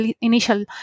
initial